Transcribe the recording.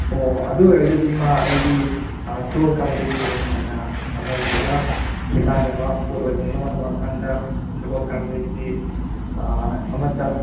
ꯑꯣ ꯑꯗꯨ ꯑꯣꯏꯔꯒꯗꯤ ꯏꯃꯥ ꯑꯩꯗꯤ ꯁꯒꯣꯜ ꯀꯥꯡꯖꯩꯁꯤꯅ ꯍꯦꯟꯅ ꯊꯃꯣꯏꯁꯤꯒ ꯈꯣꯏꯗꯥꯖꯕ ꯄꯣꯠ ꯑꯣꯏꯕꯗꯨꯅ ꯃꯔꯝ ꯑꯣꯏꯔꯀꯥꯟꯗ ꯁꯒꯣꯜ ꯀꯥꯡꯖꯩꯁꯤ ꯑꯃꯠꯇ